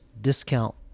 discount